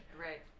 right